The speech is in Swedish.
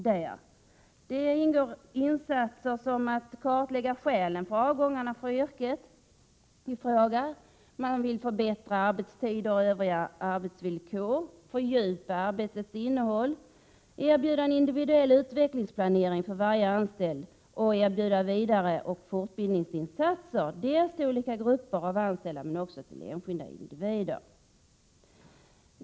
Där ingår insatser som att kartlägga skälen för avgångarna från yrket, förbättra arbetstiderna och övriga arbetsvillkor, fördjupa arbetets innehåll, erbjuda en individuell utvecklingsplanering för varje anställd samt erbjuda vidareoch fortbildningsinsatser till olika grupper av anställda men också till enskilda individer.